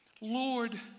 Lord